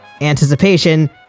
anticipation